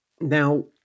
Now